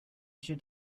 should